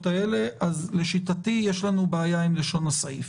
האלה אז לשיטתי יש לנו בעיה עם לשון הסעיף.